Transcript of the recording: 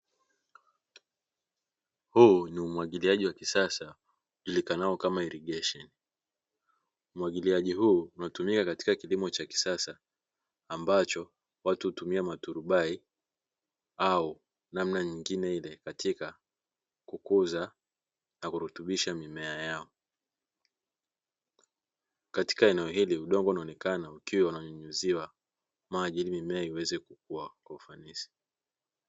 Huu ni umwagiliaji wa kisasa ujulikanao kama irrigation, umwagiliaji huu hutumika katika kilimo chaa kisasa ambapo watu hutumia maturubai au namna nyingine ile katika kukuza na kurutubisha mimea yao, katika eneo hili udongo unaonekana ukiwa unamwagiliziwa maji ili uweze kukua kwa ufanisi.